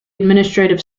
administrative